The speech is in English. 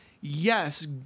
yes